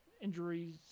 injuries